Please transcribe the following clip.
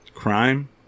crime